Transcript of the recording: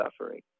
suffering